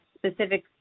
specific